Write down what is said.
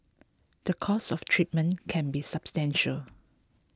the cost of treatment can be substantial